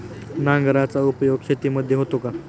नांगराचा उपयोग शेतीमध्ये होतो का?